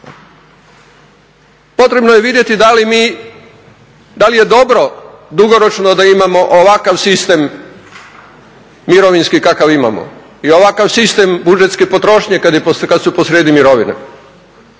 Potrebno je vidjeti da li je dobro dugoročno da imamo ovakav sistem mirovinski kakav imamo i ovakav sistem budžetske potrošnje kad su posrijedi mirovine